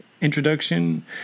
introduction